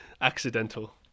accidental